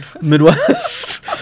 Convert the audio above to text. Midwest